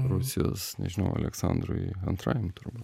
rusijos nežinau aleksandrui antrajam turbūt